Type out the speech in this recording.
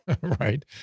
right